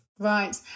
Right